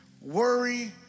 Worry